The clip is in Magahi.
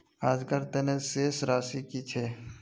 आजकार तने शेष राशि कि छे?